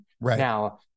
Now